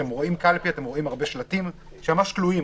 כשרואים קלפי רואים שלטים תלויים.